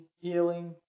healing